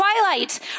Twilight